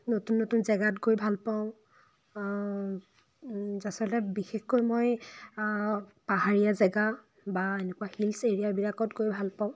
নতুন নতুন জেগাত গৈ ভাল পাওঁ যাচলতে বিশেষকৈ মই পাহাৰীয়া জেগা বা এনেকুৱা হিলছ এৰিয়া বিলাকত গৈ ভাল পাওঁ